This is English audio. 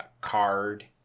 card